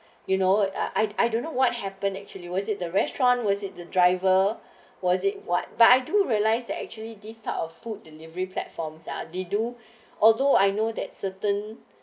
you know I I don't know what happen actually was it the restaurant was it the driver was it what but I do realise that actually this type of food delivery platforms are they do although I know that certain